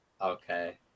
Okay